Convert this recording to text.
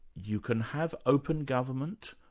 you can have open government,